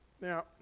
Now